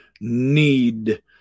need